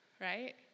Right